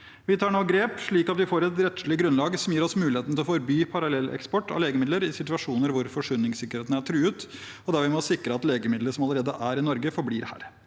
Vi tar nå grep slik at vi får et rettslig grunnlag som gir oss muligheten til å forby parallelleksport av legemidler i situasjoner der forsyningssikkerheten er truet, og der vi må sikre at legemidler som allerede er i Norge, forblir her.